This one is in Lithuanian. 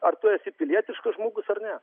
ar tu esi pilietiškas žmogus ar ne